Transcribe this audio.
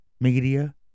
media